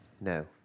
No